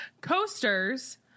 coasters